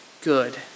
good